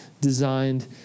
designed